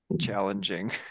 challenging